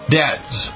debts